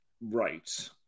Right